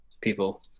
people